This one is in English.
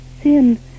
sin